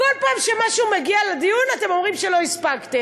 כל פעם שמשהו מגיע לדיון אתם אומרים שלא הספקתם.